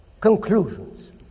conclusions